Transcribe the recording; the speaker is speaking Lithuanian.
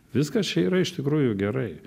viskas čia yra iš tikrųjų gerai